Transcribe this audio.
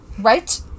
Right